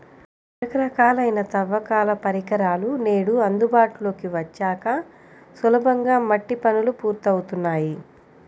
రకరకాలైన తవ్వకాల పరికరాలు నేడు అందుబాటులోకి వచ్చాక సులభంగా మట్టి పనులు పూర్తవుతున్నాయి